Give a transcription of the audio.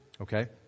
okay